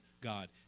God